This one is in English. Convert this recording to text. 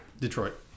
Detroit